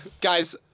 Guys